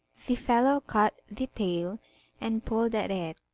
the fellow caught the tail and pulled at it,